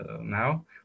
now